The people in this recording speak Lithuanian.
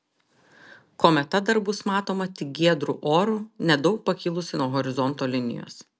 kometa dar bus matoma tik giedru oru nedaug pakilusi nuo horizonto linijos